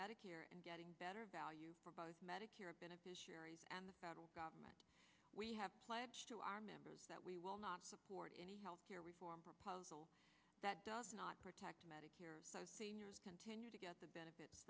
medicare and getting better value for both medicare beneficiaries and the federal government we have to our members that we will not support any health care reform proposal that does not protect medicare or continue to get the benefits